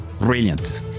Brilliant